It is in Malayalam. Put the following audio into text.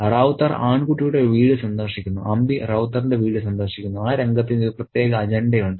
റൌത്തർ ആൺകുട്ടിയുടെ വീട് സന്ദർശിക്കുന്നു അമ്പി റൌത്തറിന്റെ വീട് സന്ദർശിക്കുന്നു ആ രംഗത്തിന് ഒരു പ്രത്യേക അജണ്ടയുണ്ട്